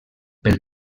pel